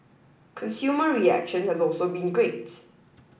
consumer reaction has also been great